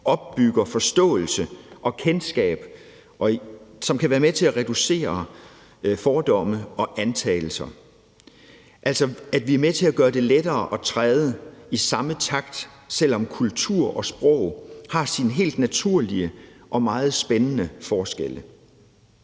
opbygger forståelse og kendskab, som kan være med til at reducere fordomme og antagelser, at vi altså er med til at gøre det lettere at træde i samme takt, selv om kultur og sprog har sine helt naturlige og meget spændende forskelle.